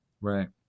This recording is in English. right